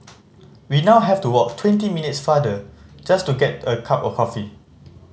we now have to walk twenty minutes farther just to get a cup of coffee